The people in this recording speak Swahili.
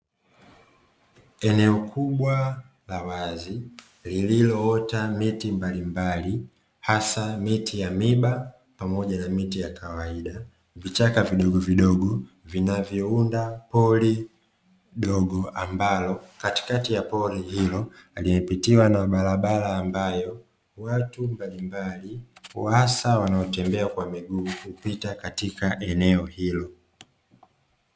Eneo kubwa la wazi lililoota miti mbalimbali hasa miti ya miiba pamoja na miti ya kawaida, vichaka vidogo vidogo vinavyounda pori dogo ambalo katikati ya pori hilo limepitiwa na barabara ambayo watu mbalimbali hasa wanaotembea kwa miguu hupita katika eneo hilo.